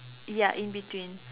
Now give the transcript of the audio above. ya in between